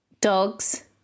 dogs